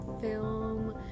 film